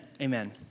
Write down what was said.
amen